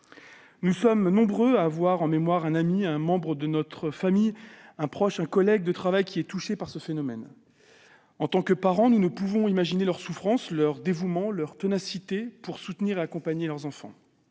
Nous sommes nombreux à avoir en mémoire un ami, un membre de notre famille ou un collègue de travail touché par cette situation. En tant que parents, nous ne pouvons qu'imaginer leur souffrance, leur dévouement, leur ténacité pour soutenir et accompagner leur enfant.